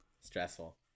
Stressful